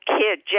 kid